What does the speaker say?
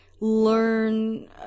learn